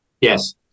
yes